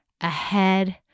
ahead